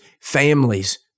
families